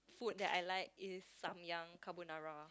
food that I like is Samyang carbonara